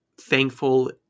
thankful